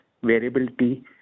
variability